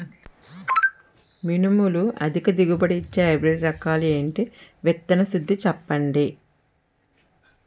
మినుములు అధిక దిగుబడి ఇచ్చే హైబ్రిడ్ రకాలు ఏంటి? విత్తన శుద్ధి చెప్పండి?